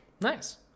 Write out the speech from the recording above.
nice